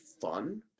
fun